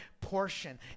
portion